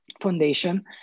foundation